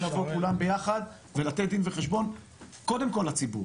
לבוא כולם ביחד ולתת דין וחשבון קודם כל לציבור,